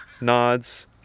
nods